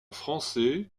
français